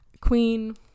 Queen